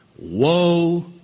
Woe